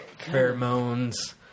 Pheromones